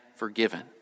Forgiven